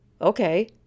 Okay